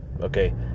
okay